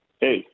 Hey